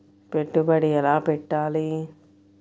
పెట్టుబడి ఎలా పెట్టాలి?